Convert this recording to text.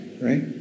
Right